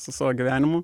su savo gyvenimu